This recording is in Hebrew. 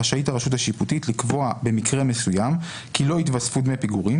רשאית הרשות השיפוטית לקבוע במקרה מסוים כי לא התווספו דמי פיגורים